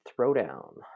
throwdown